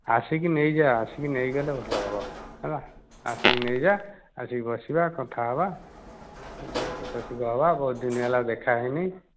ଆସିକି ନେଇଯା ଆସିକି ନେଇ ଗଲେ ଭଲ ହେବ ହେଲା ଆସିକି ନେଇଯା ଆସିକି ବସିବା କଥା ହେବା ଏମିତି ଦୁଃଖ ସୁଖ ହେବା ବହୁତ ଦିନ ହେଲା ଦେଖା ହୋଇନି